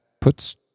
puts